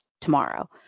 tomorrow